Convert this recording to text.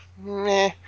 meh